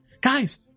Guys